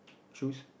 choose